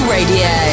Radio